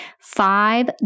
five